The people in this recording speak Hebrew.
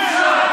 לך.